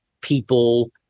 people